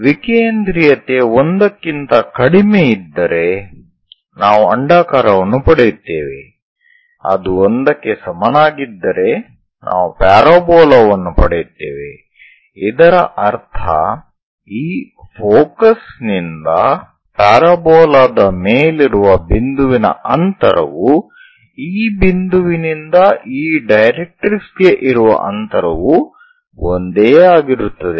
ವಿಕೇಂದ್ರೀಯತೆ 1 ಕ್ಕಿಂತ ಕಡಿಮೆಯಿದ್ದರೆ ನಾವು ಅಂಡಾಕಾರವನ್ನು ಪಡೆಯುತ್ತೇವೆ ಅದು 1 ಕ್ಕೆ ಸಮನಾಗಿದ್ದರೆ ನಾವು ಪ್ಯಾರಾಬೋಲಾ ವನ್ನು ಪಡೆಯುತ್ತೇವೆ ಇದರ ಅರ್ಥ ಈ ಫೋಕಸ್ ನಿಂದ ಪ್ಯಾರಾಬೋಲಾ ದ ಮೇಲಿರುವ ಬಿಂದುವಿನ ಅಂತರವು ಈ ಬಿಂದುವಿನಿಂದ ಈ ಡೈರೆಕ್ಟ್ರಿಕ್ಸ್ ಗೆ ಇರುವ ಅಂತರವು ಒಂದೇ ಆಗಿರುತ್ತದೆ